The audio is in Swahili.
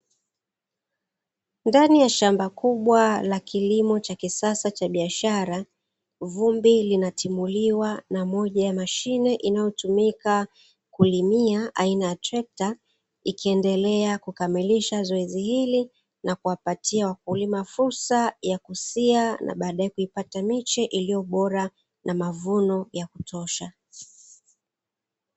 Ndani ya shamba kubwa la kilimo cha kisasa cha biashara, vumbi linatimuliwa na moja ya mashine inayotumika kulimia, aina ya trekta; ikiendelea kukamilisha zoezi hili na kuwapatia wakulima fursa ya kusia, na baadaye kuipata miche iliyo bora na mavuno ya kutosha.